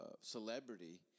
celebrity